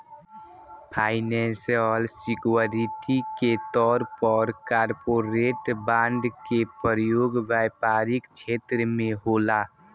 financial security के तौर पर कॉरपोरेट बॉन्ड के प्रयोग व्यापारिक छेत्र में होला